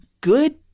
good